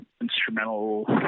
instrumental